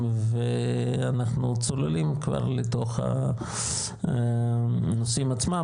ואנחנו צוללים כבר לתוך הנושאים עצמם.